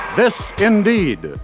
this indeed,